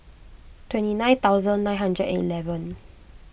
twenty nine thousand nine hundred and eleven